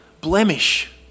blemish